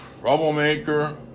troublemaker